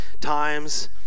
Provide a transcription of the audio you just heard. times